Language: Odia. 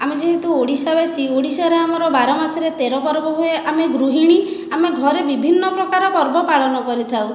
ଆମେ ଯେହେତୁ ଓଡ଼ିଶାବାସୀ ଓଡ଼ିଶାରେ ଆମର ବାରମାସରେ ତେର ପର୍ବ ହୁଏ ଆମେ ଗୃହିଣୀ ଆମେ ଘରେ ବିଭିନ୍ନ ପ୍ରକାର ପର୍ବ ପାଳନ କରିଥାଉ